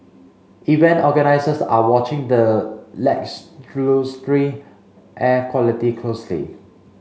event organisers are watching the air quality closely